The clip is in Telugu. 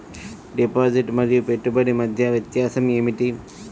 డిపాజిట్ మరియు పెట్టుబడి మధ్య వ్యత్యాసం ఏమిటీ?